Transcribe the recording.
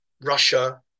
Russia